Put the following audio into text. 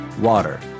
Water